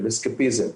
של אסקפיזם.